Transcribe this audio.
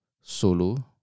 solo